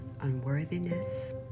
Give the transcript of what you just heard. unworthiness